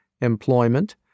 employment